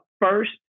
first